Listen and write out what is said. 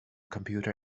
computer